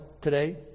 today